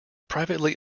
privately